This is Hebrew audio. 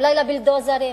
אולי לבולדוזרים?